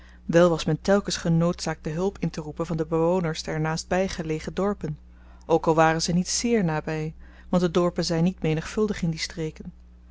wel was men telkens genoodzaakt de hulp interoepen van de bewoners der naastby gelegen dorpen ook al waren ze niet zéér naby want de dorpen zyn niet menigvuldig in die streken maar